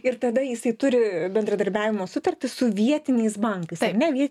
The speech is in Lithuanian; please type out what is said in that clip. ir tada jisai turi bendradarbiavimo sutartį su vietiniais bankais ar ne vie